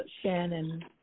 Shannon